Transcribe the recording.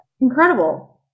incredible